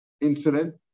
incident